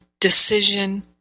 decision